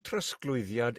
trosglwyddiad